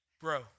bro